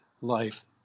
life